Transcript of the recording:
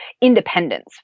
independence